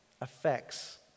affects